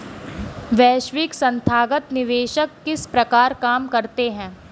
वैश्विक संथागत निवेशक किस प्रकार काम करते हैं?